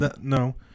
no